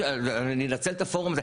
ואני אנצל את הפורום הזה,